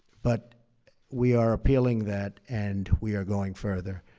but we are appealing that and we are going further.